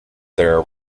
their